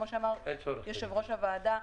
כמו שאמר יושב-ראש הוועדה,